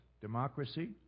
democracy